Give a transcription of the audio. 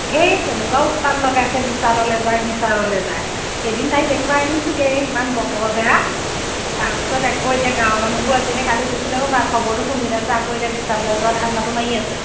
সেই কেনেকুৱা উৎপাত লগাইছে বিশাললৈ যায় বিচাললৈ যায় এদিন তাইক দেখোৱাই আনিছোঁগৈ ইমান বতৰ বেয়া তাৰ পাছত আকৌ এতিয়া গাঁৱৰ মানুহবোৰ আজি নে কালি গৈছিলে হ'ব পায় খবৰটো শুনিলে যে আকৌ এতিয়া বিশাললৈ যোৱা ধাণ্ডাটো মাৰি আছে